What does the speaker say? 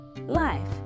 life